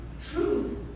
truth